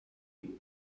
puis